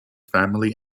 family